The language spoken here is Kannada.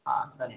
ಹಾಂ ಸರಿ ಮ್ಯಾಮ್